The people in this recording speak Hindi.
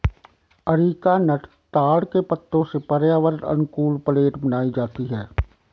अरीकानट ताड़ के पत्तों से पर्यावरण अनुकूल प्लेट बनाई जाती है